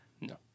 No